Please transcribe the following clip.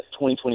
2020